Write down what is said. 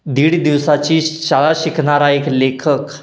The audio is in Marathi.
दीड दिवसाची शाळा शिकणारा एक लेखक